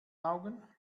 augen